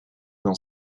dans